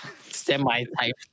semi-type